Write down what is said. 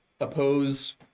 oppose